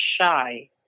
shy